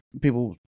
people